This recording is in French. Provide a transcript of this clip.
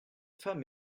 femme